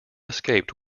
escaped